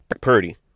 Purdy